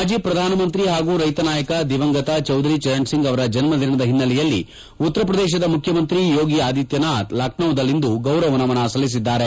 ಮಾಜಿ ಪ್ರಧಾನಮಂತ್ರಿ ಹಾಗೂ ರೈತ ನಾಯಕ ದಿವಂಗತ ಚೌಧರಿ ಚರಣ್ಸಿಂಗ್ ಅವರ ಜನ್ಮದಿನದ ಹಿನ್ನೆಲೆಯಲ್ಲಿ ಉತ್ತರಪ್ರದೇಶದ ಮುಖ್ಯಮಂತ್ರಿ ಯೋಗಿ ಆದಿತ್ಯನಾಥ್ ಲಖನೌನಲ್ಲಿಂದು ಗೌರವ ನಮನ ಸಲ್ಲಿಸಿದ್ದಾರೆ